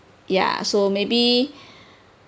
ya so maybe